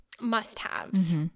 must-haves